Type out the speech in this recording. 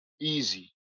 Easy